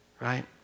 right